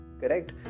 Correct